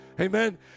Amen